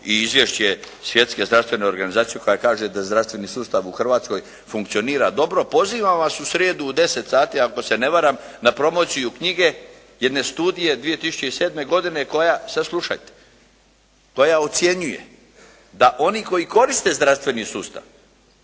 i izvješće Svjetske zdravstvene organizacije koja kaže da zdravstveni sustav u Hrvatskoj funkcionira dobro. Pozivam vas u srijedu u 10 sati ako se ne varam na promociju knjige jedne studije 2007. godine koja, sad slušajte, koja ocjenjuje da oni koji koriste zdravstveni sustav,